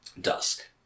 Dusk